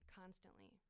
constantly